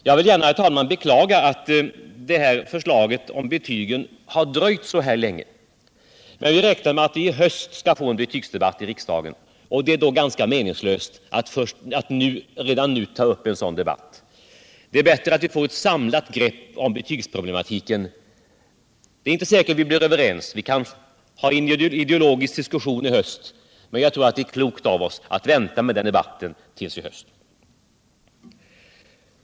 Jag vill gärna beklaga att förslaget om betygen har dröjt så länge, men vi räknar med att vi i höst skall få en betygsdebatt i riksdagen, och då är det ganska meningslöst att redan nu ta upp en sådan. Det är som sagt bättre att få ett samlat grepp om betygsproblematiken. Det är inte säkert att vi blir överens, utan vi får troligen ha en ideologisk diskussion i höst, men jag tror att det är klokt av oss att vänta till dess.